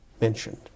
mentioned